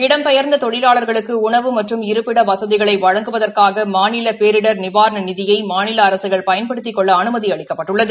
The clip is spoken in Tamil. இடம்பெயா்ந்த தொழிலாளா்களுக்கு உணவு மற்றும் இருப்பிட வசதிகளை வழங்குவதற்காக மாநில பேரிடர் நிவாரண நிதியை மாநில அரசுகள் பயன்படுத்திக் கொள்ள அனுமதி அளிக்கப்பட்டுள்ளது